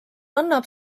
annab